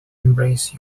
embrace